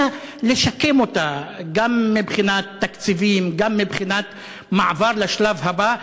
אלא לשקם אותה גם מבחינת תקציבים וגם מבחינת מעבר לשלב הבא?